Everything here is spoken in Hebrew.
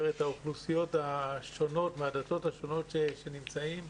את האוכלוסיות השונות מן הדתות השונות שנמצאות כאן.